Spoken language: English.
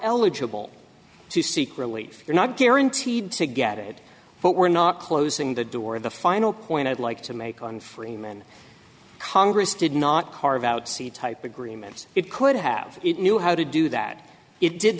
eligible to seek relief you're not guaranteed to get it but we're not closing the door of the final point i'd like to make on freeman congress did not carve out see type agreements it could have it knew how to do that it did